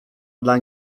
dla